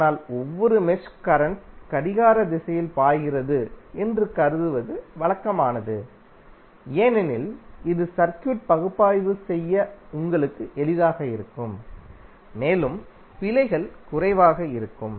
ஆனால் ஒவ்வொரு mesh current கடிகார திசையில் பாய்கிறது என்று கருதுவது வழக்கமானது ஏனெனில் இது சர்க்யூட் பகுப்பாய்வு செய்ய உங்களுக்கு எளிதாக இருக்கும் மேலும் பிழைகள் குறைவாக இருக்கும்